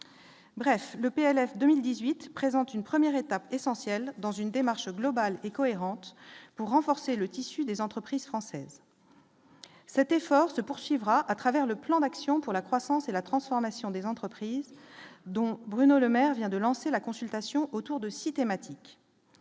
Bref, le PLF 2018 présente une première étape essentielle dans une démarche globale et cohérente pour renforcer le tissu des entreprises françaises. Cet effort se poursuivra à travers le plan d'action pour la croissance et la transformation des entreprises dont Bruno Le Maire vient de lancer la consultation autour de 6 thématiques.